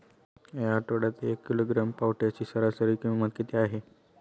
या आठवड्यात एक किलोग्रॅम पावट्याची सरासरी किंमत किती आहे?